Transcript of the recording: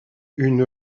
une